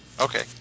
Okay